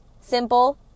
simple